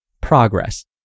Progress